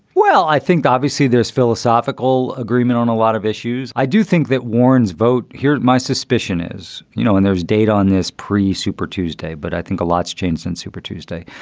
well, i think obviously there's philosophical agreement on a lot of issues. i do think that warne's vote here. my suspicion is, you know, in those data on this pre-super tuesday. but i think a lot's changed since super tuesday.